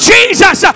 Jesus